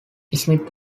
smith